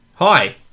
Hi